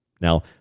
Now